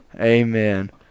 Amen